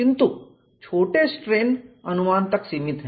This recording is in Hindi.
किंतु छोटे स्ट्रेन अनुमान तक सीमित है